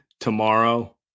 tomorrow